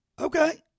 okay